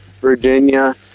Virginia